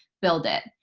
build it.